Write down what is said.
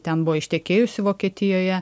ten buvo ištekėjusi vokietijoje